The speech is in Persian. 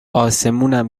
اسمونم